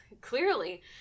clearly